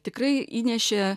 tikrai įnešė